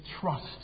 trust